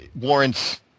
warrants